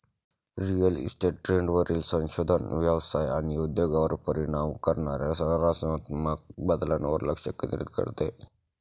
real estate ट्रेंडवरील संशोधन व्यवसाय आणि उद्योगावर परिणाम करणाऱ्या संरचनात्मक बदलांवर लक्ष केंद्रित करते